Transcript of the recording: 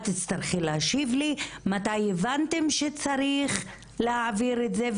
את תצטרכי להשיב לי מתי הבנתם שצריך להעביר את זה,